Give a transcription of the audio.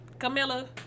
Camilla